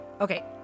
okay